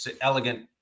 elegant